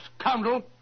scoundrel